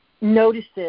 notices